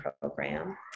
program